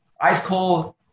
ice-cold